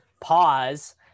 pause